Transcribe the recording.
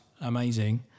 amazing